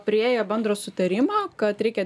priėjo bendrą sutarimą kad reikia